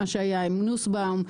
מה שהיה עם נוסבאום,